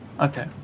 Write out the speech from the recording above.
Okay